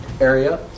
area